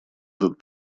этот